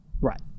Right